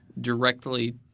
directly